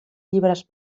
llibres